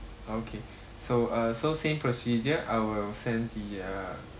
okay so uh so same procedure I will send the uh